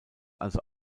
also